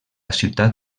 ciutat